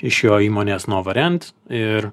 iš jo įmonės novarent ir